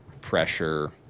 pressure